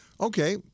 Okay